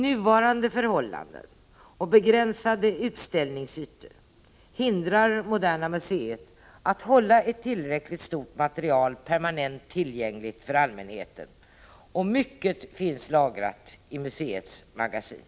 Nuvarande förhållanden och begränsat utställningsutrymme hindrar Moderna museet att hålla ett tillräckligt stort material permanent tillgängligt för allmänheten, och mycket finns lagrat i museets magasin.